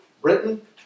Britain